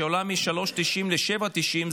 שעולה מ-3.90 ל-7.90,